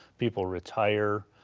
people retire.